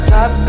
Top